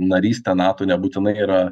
narystė nato nebūtinai yra